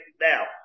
Now